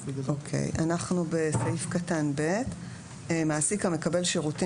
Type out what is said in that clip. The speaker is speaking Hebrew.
אנחנו בסעיף קטן 7(ב) "(ב) מעסיק המקבל שירותים